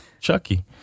Chucky